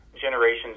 generations